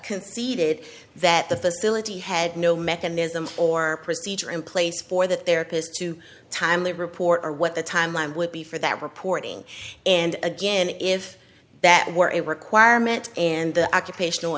conceded that the facility had no mechanism or procedure in place for the therapist to timely report or what the timeline would be for that reporting and again if that were a requirement and the occupational